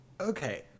Okay